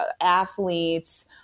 athletes